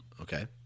Okay